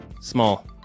Small